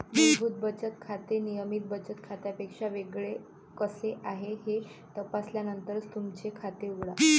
मूलभूत बचत खाते नियमित बचत खात्यापेक्षा वेगळे कसे आहे हे तपासल्यानंतरच तुमचे खाते उघडा